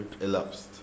elapsed